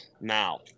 now